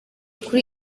kuri